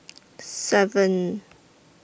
seven